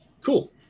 Cool